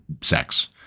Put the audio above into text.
sex